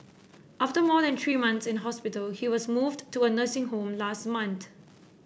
after more than three months in hospital he was moved to a nursing home last month